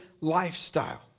lifestyle